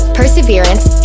perseverance